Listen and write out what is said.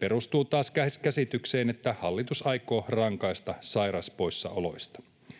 perustuu taas käsitykseen, että hallitus aikoo rankaista sairaspoissaoloista.